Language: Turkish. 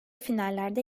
finallerde